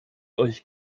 euch